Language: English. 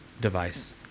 device